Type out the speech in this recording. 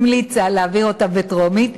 המליצה להעביר אותה בטרומית,